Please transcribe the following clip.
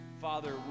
Father